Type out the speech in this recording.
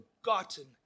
forgotten